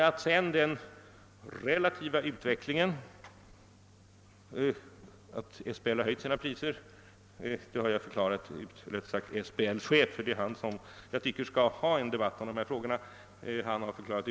Beträffande SBL:s relativa prisutveckling, som innebär att dess priser höjs, har jag — eller rättare SBL:s chef, som jag tycker principiellt skall svara för denna debatt — lämnat en utförlig förklaring.